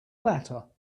latter